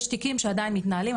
יש תיקים שעדיין מתנהלים,